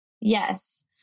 Yes